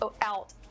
out